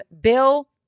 Bill